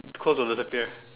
clothes will disappear